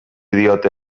diote